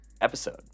episode